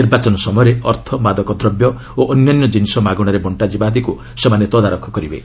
ନିର୍ବାଚନ ସମୟରେ ଅର୍ଥ ମାଦକ ଦ୍ରବ୍ୟ ଓ ଅନ୍ୟାନ୍ୟ କିନିଷ ମାଗଣାରେ ବକ୍ଷାଯିବା ଆଦିକ୍ ସେମାନେ ତଦାରଖ କରିବେ